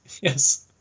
Yes